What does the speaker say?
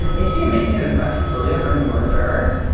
if if you're making a request to twilio from your server,